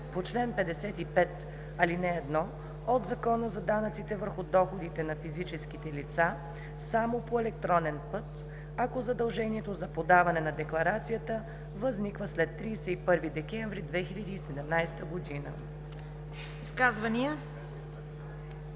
по чл. 55, ал. 1 от Закона за данъците върху доходите на физическите лица само по електронен път, ако задължението за подаване на декларацията възниква след 31 декември 2017 г.“